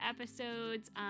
episodes